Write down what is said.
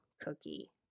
cookie